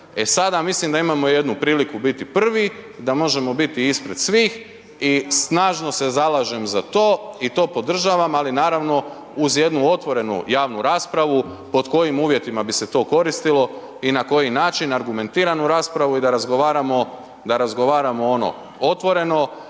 sada, mislim da imamo jednu priliku biti prvi, da možemo biti ispred svih i snažno se zalažem za to i to podržavam, ali naravno, uz jednu otvorenu javnu raspravu pod kojim uvjetima bi se to koristilo i na koji način, argumentiranu raspravu i da razgovaramo otvoreno,